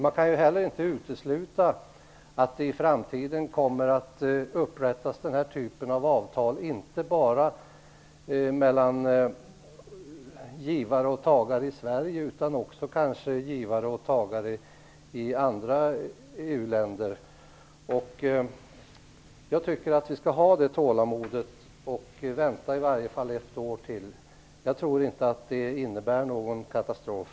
Man kan ju heller inte utesluta att den här typen av avtal kommer att upprättas inte bara mellan givare och tagare i Sverige, utan kanske också givare och tagare i andra EU-länder. Jag tycker att vi skall ha det tålamodet och vänta i varje fall ett år till. Jag tror inte att det innebär någon katastrof.